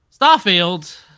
Starfield